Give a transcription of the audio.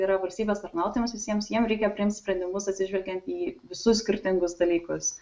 yra valstybės tarnautojams visiems jiem reikia priimti sprendimus atsižvelgiant į visus skirtingus dalykus